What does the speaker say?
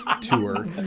tour